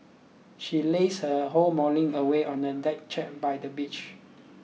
she lazed her whole morning away on a deck chair by the beach